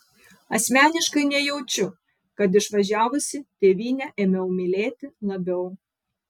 asmeniškai nejaučiu kad išvažiavusi tėvynę ėmiau mylėti labiau